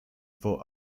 for